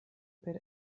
per